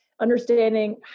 understanding